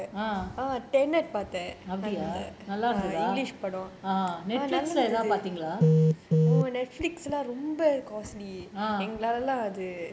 நல்லா இருந்துதா ஏதாவது பாத்தீங்களா:nallaa irunthuthaa ethavathu paathaengalaa